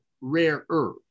rarer